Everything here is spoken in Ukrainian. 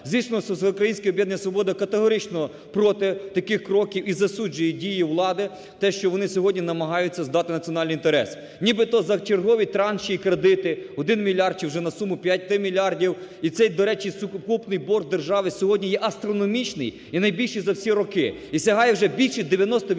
Звісно, що Всеукраїнське об'єднання "Свобода" категорично проти таких кроків і засуджує дії влади, те, що вони сьогодні намагаються здати національний інтерес. Нібито за чергові транші і кредити 1 мільярд чи вже на суму 5 мільярдів і це, до речі, сукупний борг держави сьогодні є астрономічний і найбільший за всі роки, і сягає вже більше 90